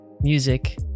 music